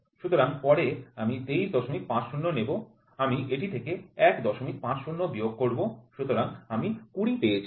সুতরাং পরে আমি ২৩৫০০ নেব আমি এটি থেকে ১৫০০ বিয়োগ করব সুতরাং আমি ২০ পেয়েছি